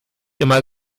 immer